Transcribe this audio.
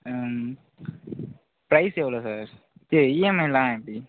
ஆ price எவ்வளோ sir ச்சி இஎம்ஐயெலாம் எப்படி